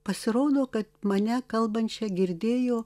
pasirodo kad mane kalbančią girdėjo